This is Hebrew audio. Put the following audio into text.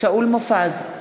שאול מופז,